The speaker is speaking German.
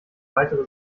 weitere